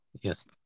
Yes